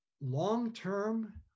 long-term